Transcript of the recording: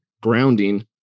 grounding